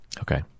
Okay